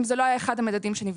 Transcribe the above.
אם זה לא היה אחד המדדים שנבדקו.